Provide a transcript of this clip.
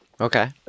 Okay